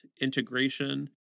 integration